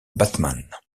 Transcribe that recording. batman